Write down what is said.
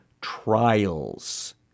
trials